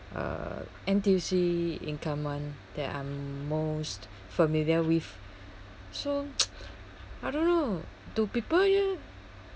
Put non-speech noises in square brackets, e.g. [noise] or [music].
uh N_T_U_C income one that I'm most familiar with so [noise] I don't know do people here